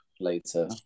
later